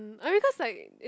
mm I mean cause like it